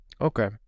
Okay